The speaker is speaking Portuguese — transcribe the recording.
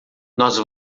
nós